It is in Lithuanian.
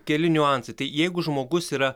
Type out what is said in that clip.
keli niuansai tai jeigu žmogus yra